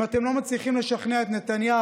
אם אתם לא מצליחים לשכנע את נתניהו,